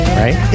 right